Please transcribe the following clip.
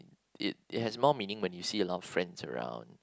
it it has more meaning when you see a lot of friends around